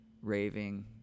raving